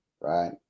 right